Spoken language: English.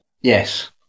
Yes